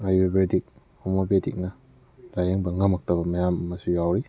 ꯑꯥꯌꯨꯔꯕꯦꯗꯤꯛ ꯍꯣꯃꯤꯌꯣꯄꯦꯇꯤꯛꯅ ꯂꯥꯏꯌꯦꯡꯕ ꯉꯝꯂꯛꯇꯕ ꯃꯌꯥꯝ ꯑꯃꯁꯨ ꯌꯥꯎꯔꯤ